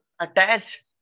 attach